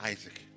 Isaac